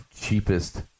cheapest